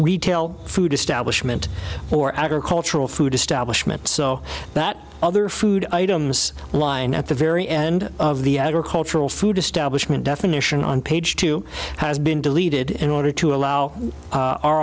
retail food establishment or agricultural food establishment so that other food items line at the very end of the agricultural food establishment definition on page two has been deleted in order to allow